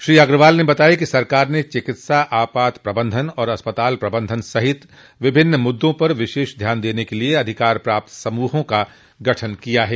श्री अग्रवाल ने बताया कि सरकार ने चिकित्सा आपात प्रबंध और अस्पताल प्रबंधन सहित विभिन्न मुद्दों पर विशेष ध्यान देने के लिए अधिकार प्राप्त समूहों का गठन किया है